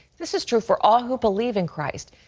this is true for all who believe in christ.